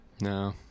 no